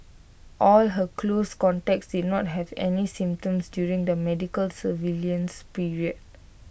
all her close contacts did not have any symptoms during the medical surveillance period